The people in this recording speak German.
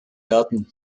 werden